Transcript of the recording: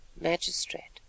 Magistrate